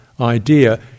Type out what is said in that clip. idea